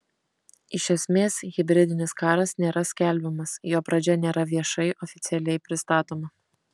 iš esmės hibridinis karas nėra skelbiamas jo pradžia nėra viešai oficialiai pristatoma